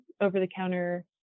over-the-counter